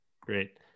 Great